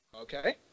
okay